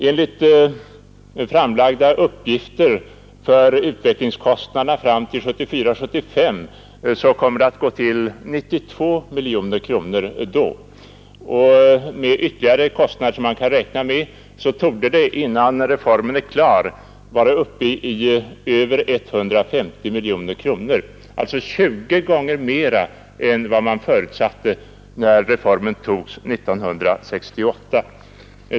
Enligt framlagda uppgifter kommer utvecklingskostnaderna fram till 1974/75 att uppgå till 92 miljoner kronor, och med de ytterligare kostnader som man kan förutse torde vi innan reformen är helt klar vara uppe i över 150 miljoner, dvs. 20 gånger mer än man förutsatte när beslutet om reformen fattades 1968.